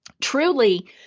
truly